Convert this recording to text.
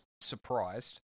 Surprised